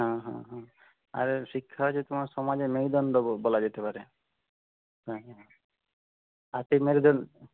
হ্যাঁ হ্যাঁ হ্যাঁ আর শিক্ষা যে তোমার সমাজে মেরুদণ্ড বলা যেতে পারে হ্যাঁ হ্যাঁ আর সেই মেরুদণ্ড